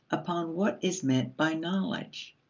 upon what is meant by knowledge.